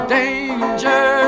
danger